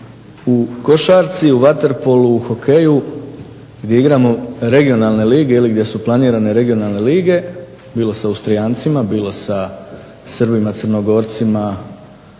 u košarci, u vaterpolu, u hokeju gdje igramo regionalne lige ili gdje su planirane regionalne lige bilo sa Austrijancima, bilo sa Srbima, Crnogorcima,